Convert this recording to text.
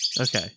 okay